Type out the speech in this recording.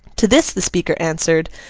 to this the speaker answered,